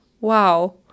wow